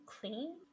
clean